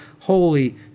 holy